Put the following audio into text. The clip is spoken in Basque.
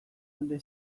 alde